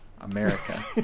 America